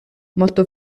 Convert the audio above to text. molto